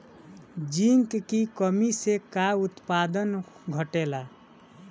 Zinc की कमी से का उत्पादन घटेला?